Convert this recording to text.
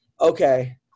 okay